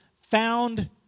Found